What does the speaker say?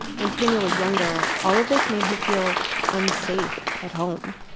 when tanya was younger, all of this made her feel unsafe at home.